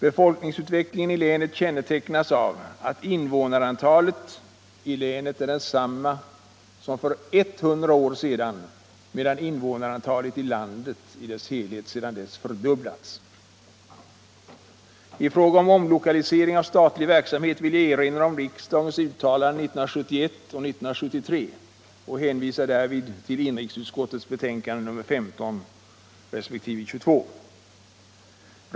Befolkningsutvecklingen i länet kännetecknas av att invånarantalet är detsamma som för 100 år sedan, medan invånarantalet i landet sedan dess fördubblats. När det gäller omlokalisering av statlig verksamhet vill jag erinra om riksdagens uttalanden 1971 och 1973 och hänvisar därvid till inrikesutskottets betänkanden nr 15 resp. nr 22.